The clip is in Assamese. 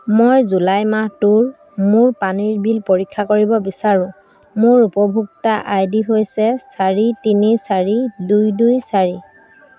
মই জুলাই মাহটোৰ মোৰ পানীৰ বিল পৰীক্ষা কৰিব বিচাৰো মোৰ উপভোক্তা আই ডি হৈছে চাৰি তিনি চাৰি দুই দুই চাৰি